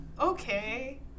okay